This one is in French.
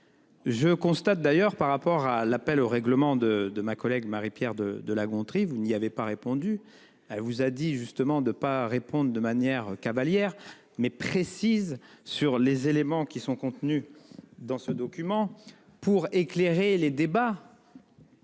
Je constate d'ailleurs par rapport à l'appel au règlement de de ma collègue Marie-Pierre de de La Gontrie, vous n'y avait pas répondu à vous a dit justement de pas réponde de manière Cavaliere mais précise sur les éléments qui sont contenues dans ce document pour éclairer les débats.